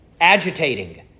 agitating